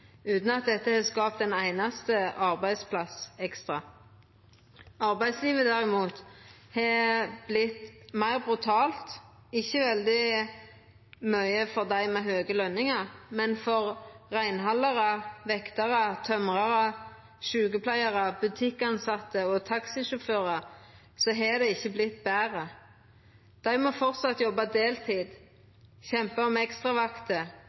utan at dette har skapt ein einaste arbeidsplass ekstra. Arbeidslivet har derimot vorte meir brutalt – ikkje veldig mykje for dei med høge løningar, men for reinhaldarar, vektarar, tømrarar, sjukepleiarar, butikktilsette og taxisjåførar har det ikkje vorte betre. Dei må framleis jobba deltid